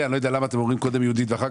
אני לא יודע למה אתם אומרים קודם יהודית ואחר